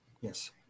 Yes